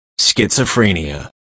schizophrenia